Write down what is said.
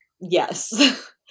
Yes